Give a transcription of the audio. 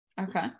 okay